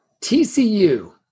tcu